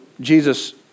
Jesus